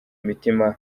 mitima